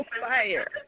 fire